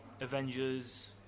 Avengers